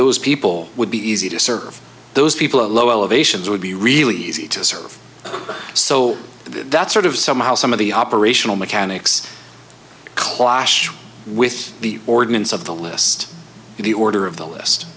those people would be easy to serve those people at lower elevations would be really easy to serve so that's sort of somehow some of the operational mechanics clash with the ordinance of the list in the order of the list